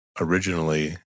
originally